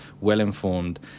well-informed